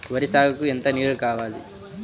వరి సాగుకు ఎంత నీరు కావాలి?